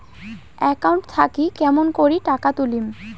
Account থাকি কেমন করি টাকা তুলিম?